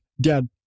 dad